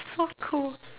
so cool